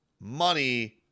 money